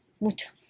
Mucho